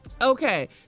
Okay